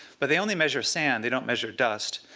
but they only measure sand. they don't measure dust.